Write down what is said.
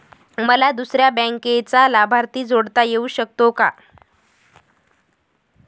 मला दुसऱ्या बँकेचा लाभार्थी जोडता येऊ शकतो का?